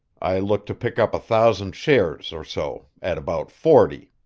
i look to pick up a thousand shares or so at about forty.